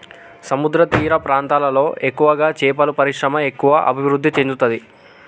సముద్రతీర ప్రాంతాలలో ఎక్కువగా చేపల పరిశ్రమ ఎక్కువ అభివృద్ధి చెందుతది